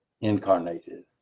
incarnated